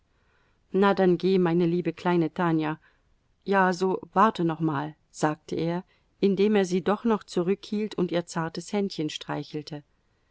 na dann geh meine liebe kleine tanja ja so warte noch mal sagte er indem er sie doch noch zurückhielt und ihr zartes händchen streichelte